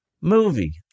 movie